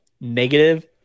negative